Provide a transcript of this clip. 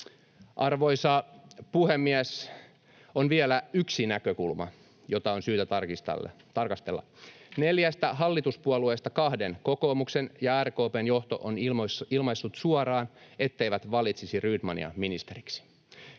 Arvoisa puhemies! On vielä yksi näkökulma, jota on syytä tarkastella. Neljästä hallituspuolueesta kahden, kokoomuksen ja RKP:n, johto on ilmaissut suoraan, ettei valitsisi Rydmania ministeriksi.